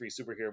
superhero